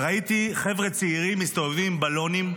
ראיתי חבר'ה צעירים שמסתובבים עם בלונים,